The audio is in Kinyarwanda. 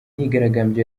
myigaragambyo